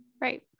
Right